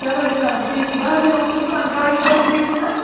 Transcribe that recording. چلو جِناب ٹھیٖک چھُ بہٕ حظ یِمو صُبحن کاجہِ پَتہٕ ٹھیٖک چھُناہ